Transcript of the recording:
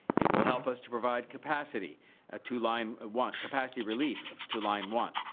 it will help us to provide capacity a to line ah one, capacity relief of to line one,